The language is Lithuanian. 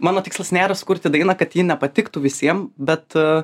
mano tikslas nėra sukurti dainą kad ji nepatiktų visiem bet